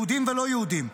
יהודים ולא יהודים,